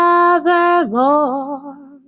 evermore